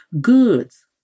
goods